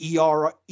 ERA